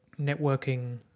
networking